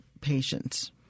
patients